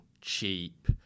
cheap